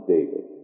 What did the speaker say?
David